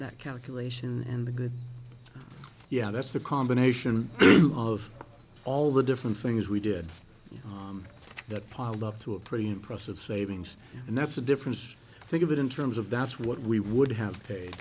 that calculation and the good yeah that's the combination of all the different things we did that piled up to a pretty impressive savings and that's the difference think of it in terms of that's what we would have paid